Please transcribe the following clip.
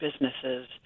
businesses